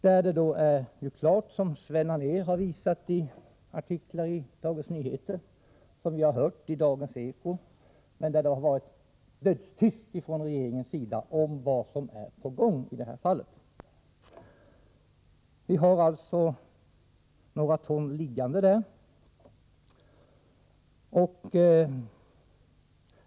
Sven Anér har artiklar i Dagens Nyheter visat på detta, och vi har hört i Dagens eko om det, men det har varit dödstyst från regeringens sida om vad som håller på att ske. Vi har ju några ton liggande där borta.